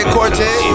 Cortez